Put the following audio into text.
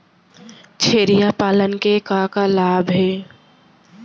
छेरिया पालन के का का लाभ हे?